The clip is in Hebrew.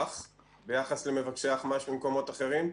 ביחס למבקשי אחמ"ש ממקומות אחרים.